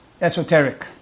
esoteric